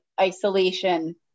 isolation